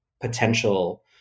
potential